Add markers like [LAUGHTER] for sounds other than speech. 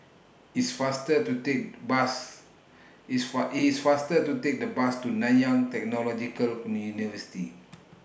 It's faster to Take Bus It's Far IT IS faster to Take The Bus to Nanyang Technological [UNINTELLIGIBLE]